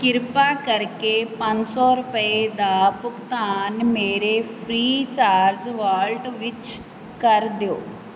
ਕਿਰਪਾ ਕਰਕੇ ਪੰਜ ਸੌ ਰੁਪਏ ਦਾ ਭੁਗਤਾਨ ਮੇਰੇ ਫ੍ਰੀਚਾਰਜ ਵਾਲਟ ਵਿੱਚ ਕਰ ਦਿਓ